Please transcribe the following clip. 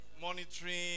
monitoring